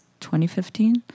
2015